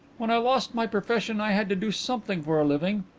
when i lost my profession i had to do something for a living.